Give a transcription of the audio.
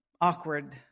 awkward